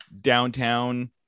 downtown